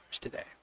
today